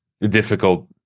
difficult